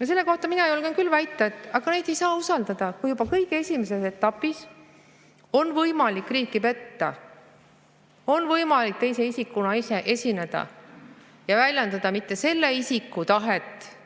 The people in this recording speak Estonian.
Ja selle kohta mina julgen küll väita, et aga neid ei saa usaldada. Kui juba kõige esimeses etapis on võimalik riiki petta, on võimalik teise isikuna esineda ja väljendada mitte selle isiku tahet,